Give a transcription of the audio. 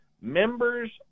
members